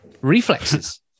reflexes